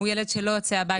הוא ילד שלא יוצא הביתה.